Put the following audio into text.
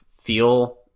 feel